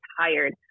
tired